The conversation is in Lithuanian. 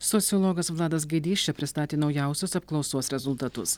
sociologas vladas gaidys čia pristatė naujausios apklausos rezultatus